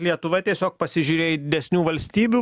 lietuva tiesiog pasižiūrėjo į didesnių valstybių